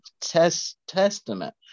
Testament